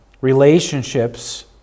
Relationships